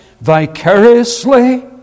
vicariously